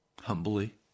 humbly